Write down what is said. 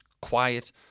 quiet